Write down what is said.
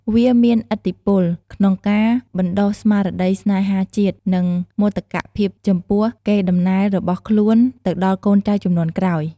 វាមានឥទ្ធិពល ក្នុងការបណ្តុះស្មារតីស្នេហាជាតិ និងមោទកភាពចំពោះកេរ្តិ៍ដំណែលរបស់ខ្លួនទៅដល់កូនចៅជំនាន់ក្រោយ។